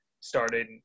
started